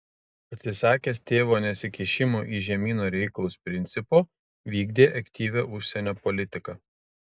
atsisakęs tėvo nesikišimo į žemyno reikalus principo vykdė aktyvią užsienio politiką